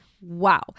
wow